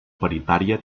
paritària